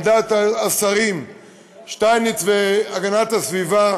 על דעת השרים שטייניץ והשר להגנת הסביבה,